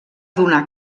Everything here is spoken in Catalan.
donar